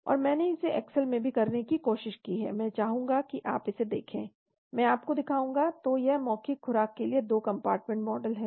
और मैंने इसे एक्सेल में भी करने की कोशिश की है मैं चाहूंगा कि आप इसे देखें मैं आपको दिखाऊंगा तो यह मौखिक खुराक के लिए 2 कम्पार्टमेंट मॉडल है